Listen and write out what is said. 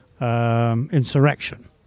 insurrection